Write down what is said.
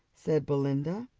said belinda.